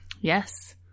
Yes